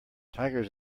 tigers